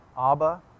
Abba